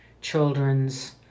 children's